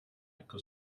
jako